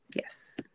Yes